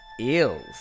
Eels